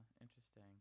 interesting